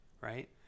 right